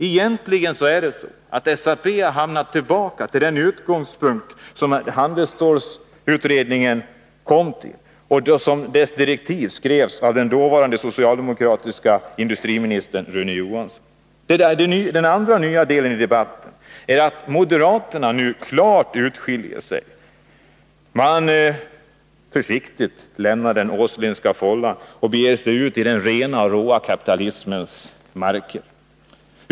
Egentligen har SAP kommit tillbaka till de utgångspunkter som handelsstålsutredningen hade i sina direktiv, som skrevs av den dåvarande socialdemokratiske industriministern Rune Johansson. Det andra nya i debatten är att moderaterna nu klart utskiljer sig. Man lämnar försiktigt den Åslingska fållan och beger sig ut i den rena och råa kapitalismens marker.